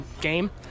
game